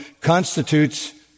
constitutes